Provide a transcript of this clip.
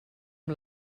amb